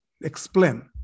explain